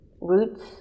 Roots